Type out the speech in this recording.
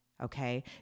okay